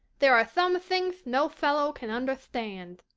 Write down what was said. there are thome thingth no fellow can underthtand